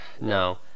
No